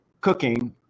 cooking